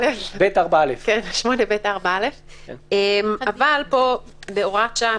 כמו 8(ב)(4א), אבל פה כהוראת שעה.